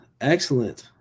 excellent